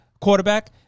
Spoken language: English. quarterback